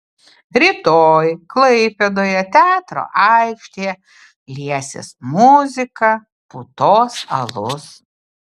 rytoj klaipėdoje teatro aikštėje liesis muzika putos alus